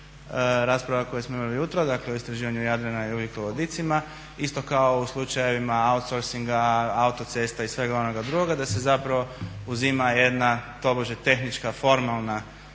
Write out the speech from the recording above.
rasprava koje smo imali jutros, dakle o istraživanju Jadranu i ugljikovodicima, isto kao u slučajevima outsourcinga, autocesta i svega onoga drugoga da se zapravo uzima jedna tobože tehnička formalna